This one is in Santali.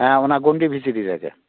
ᱦᱮᱸ ᱚᱟᱱ ᱜᱚᱱᱰᱤ ᱵᱷᱤᱛᱤᱨ ᱨᱮᱜᱮ